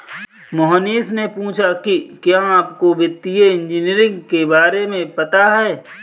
मोहनीश ने पूछा कि क्या आपको वित्तीय इंजीनियरिंग के बारे में पता है?